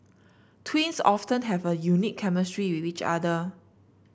twins often have a unique chemistry with each other